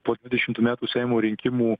tuos dvidešimtų metų seimo rinkimų